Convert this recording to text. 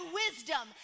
wisdom